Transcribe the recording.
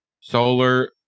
solar